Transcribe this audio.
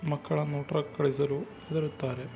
ಮಕ್ಕಳನ್ನು ಟ್ರಕ್ ಕಳಿಸಲು ಹೆದರುತ್ತಾರೆ